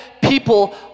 people